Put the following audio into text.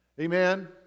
Amen